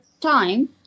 time